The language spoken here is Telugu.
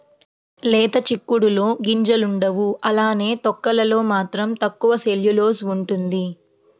లేత చిక్కుడులో గింజలుండవు అలానే తొక్కలలో మాత్రం తక్కువ సెల్యులోస్ ఉంటుంది